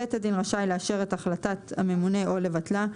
בית הדין רשאי לאשר את החלטת הממונה או לבטלה.